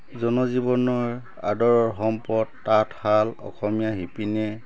জনজীৱনৰ আদৰৰ সম্পদ তাঁতশাল অসমীয়া শিপিনীয়ে